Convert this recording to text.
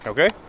Okay